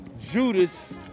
Judas